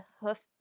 hoof